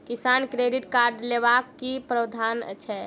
किसान credit card लेबाक की प्रावधान छै?